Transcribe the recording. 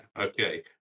okay